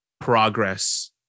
progress